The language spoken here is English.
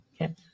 Okay